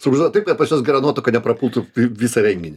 suorganizuoja taip kad pas juos gera nuotaika neprapultų vi visą renginį